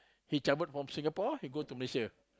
he travelled from Singapore he go to Malaysia